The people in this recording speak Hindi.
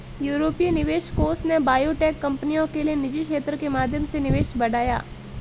यूरोपीय निवेश कोष ने बायोटेक कंपनियों के लिए निजी क्षेत्र के माध्यम से निवेश बढ़ाया